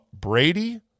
Brady